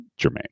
Jermaine